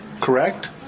correct